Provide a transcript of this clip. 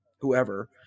whoever